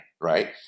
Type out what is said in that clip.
right